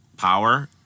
Power